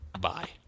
Bye